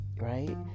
right